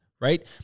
right